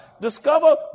Discover